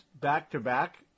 back-to-back